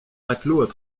matelots